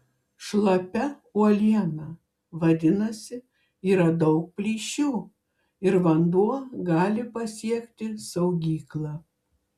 šlapia uoliena vadinasi yra daug plyšių ir vanduo gali pasiekti saugyklą